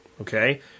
Okay